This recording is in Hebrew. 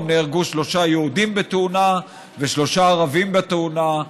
נהרגו שלושה יהודים בתאונה ושלושה ערבים בתאונה.